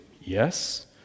Yes